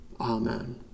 amen